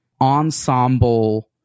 ensemble